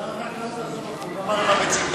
שר החקלאות, תעזוב אותו, הוא גמר עם הביצים.